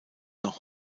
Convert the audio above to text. noch